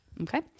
Okay